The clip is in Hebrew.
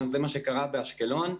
זה מה שקרה באשקלון.